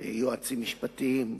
יועצים משפטיים,